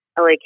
LA